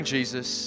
Jesus